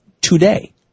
today